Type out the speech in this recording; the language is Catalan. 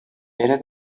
era